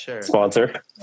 Sponsor